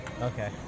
Okay